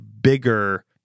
bigger